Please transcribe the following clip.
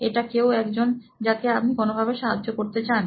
এটা কেউ একজন যাকে আপনি কোনোভাবে সাহায্য করতে চান